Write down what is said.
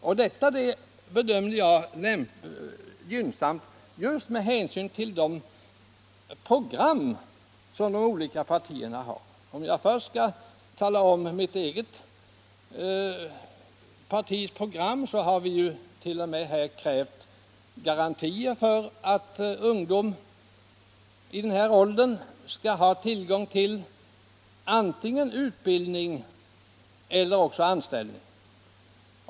Jag bedömde läget gynnsamt för ett beslut i den riktningen just med hänsyn till de program som de olika partierna har. I det sammanhanget vill jag nämna att folkpartiet t.o.m. har krävt garantier för att ungdom i den här aktuella åldern skall ha möjlighet antingen till utbildning eller till anställning.